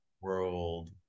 world